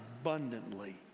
abundantly